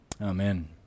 Amen